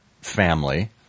family